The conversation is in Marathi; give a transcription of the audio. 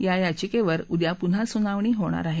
या याचिकेवर उद्या पुन्हा सुनावणी होणार आहे